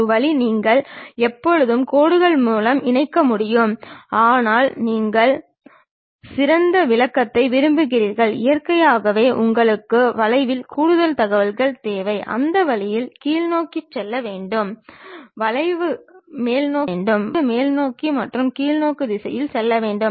ஒரு வழி நீங்கள் எப்போதும் கோடுகள் மூலம் இணைக்க முடியும் ஆனால் நீங்கள் சிறந்த விளக்கத்தை விரும்புகிறீர்கள் இயற்கையாகவே உங்களுக்கு வளைவின் கூடுதல் தகவல்கள் தேவை அந்த வழியில் கீழ்நோக்கி செல்ல வேண்டும் வளைவு மேல்நோக்கி செல்ல வேண்டும் வளைவு மேல்நோக்கி மற்றும் கீழ்நோக்கி திசையில் செல்ல வேண்டும்